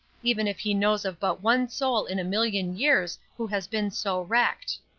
even if he knows of but one soul in a million years who has been so wrecked.